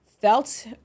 felt